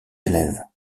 élèves